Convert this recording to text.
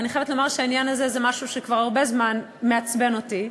ואני חייבת לומר שהעניין הזה הוא משהו שכבר הרבה זמן מעצבן אותי.